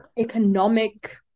economic